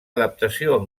adaptació